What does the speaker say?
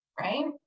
right